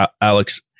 Alex